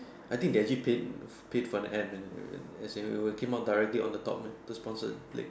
I think they actually paid f~ paid for the ad it will came out directly on the top eh those sponsored link